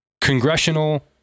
congressional